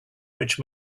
which